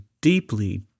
deeply